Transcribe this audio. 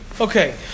Okay